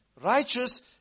righteous